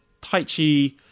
Taichi